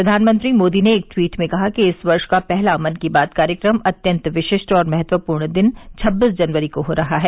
प्रधानमंत्री मोदी ने एक ट्वीट में कहा कि इस वर्ष का पहला मन की बात कार्यक्रम अत्यंत विशिष्ट और महत्वपूर्ण दिन छब्बीस जनवरी को हो रहा है